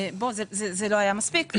אבל זה לא היה מספיק.